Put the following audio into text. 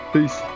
Peace